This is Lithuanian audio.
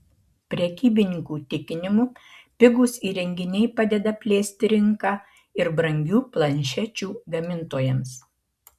prekybininkų tikinimu pigūs įrenginiai padeda plėsti rinką ir brangių planšečių gamintojams